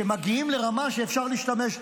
שמגיעים לרמה שאפשר להשתמש,